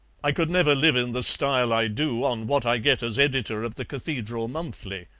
i could never live in the style i do on what i get as editor of the cathedral monthly.